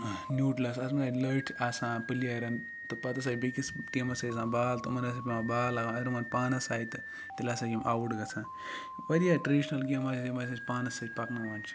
نیوٹلَس اتھ مَنٛز ہَسا چھَ لٲٹھۍ آسان پلیرَن تہٕ پَتہٕ ہَسا چھِ بیٚکِس ٹیٖمَس آسان بال تِمَن حظ چھِ پیٚوان بال لَگاوٕنۍ اگر تمَن پانَس آے تیٚلہِ ہَسا چھِ یِم اَوُٹ گَژھان واریاہ ٹریڈِشنَل گیمہٕ یِم حظ أسۍ پانَس سۭتۍ پَکناوان چھِ